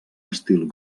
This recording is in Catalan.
estil